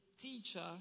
teacher